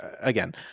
again